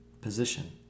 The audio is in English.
position